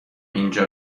اینجا